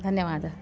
धन्यवादः